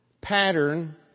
pattern